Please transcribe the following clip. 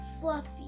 fluffy